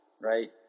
right